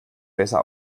besser